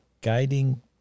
guiding